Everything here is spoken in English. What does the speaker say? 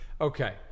Okay